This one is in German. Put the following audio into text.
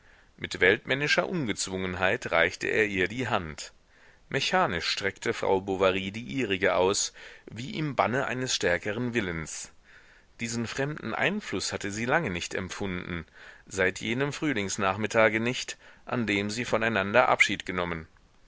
mit weltmännischer ungezwungenheit reichte er ihr die hand mechanisch streckte frau bovary die ihrige aus wie im banne eines stärkeren willens diesen fremden einfluß hatte sie lange nicht empfunden seit jenem frühlingsnachmittage nicht an dem sie voneinander abschied genommen